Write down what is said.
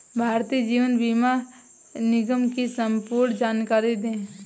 भारतीय जीवन बीमा निगम की संपूर्ण जानकारी दें?